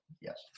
yes